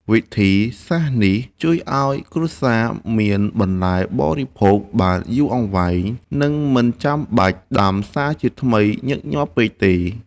វិធីសាស្ត្រនេះជួយឱ្យគ្រួសារមានបន្លែបរិភោគបានយូរអង្វែង និងមិនចាំបាច់ដាំសារជាថ្មីញឹកញាប់ពេកទេ។